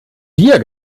wir